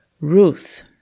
Ruth